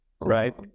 Right